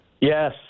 Yes